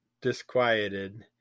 disquieted